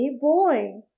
boy